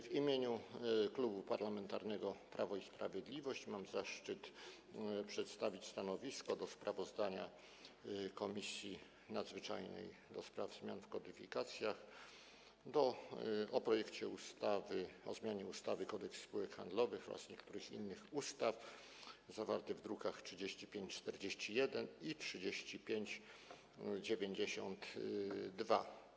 W imieniu Klubu Parlamentarnego Prawo i Sprawiedliwość mam zaszczyt przedstawić stanowisko wobec sprawozdania Komisji Nadzwyczajnej do spraw zmian w kodyfikacjach o projekcie ustawy o zmianie ustawy Kodeks spółek handlowych oraz niektórych innych ustaw, zawarty w drukach nr 3541 i 3592.